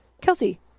Kelsey